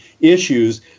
issues